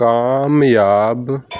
ਕਾਮਯਾਬ